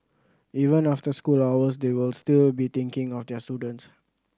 even after school hours they will still be thinking of their students